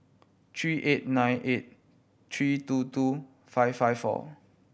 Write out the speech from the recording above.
three eight nine eight three two two five five four